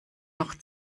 noch